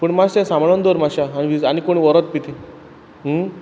पूण मातशें सांबाळून दवर मातशें आनी कोण व्हरत बीन ती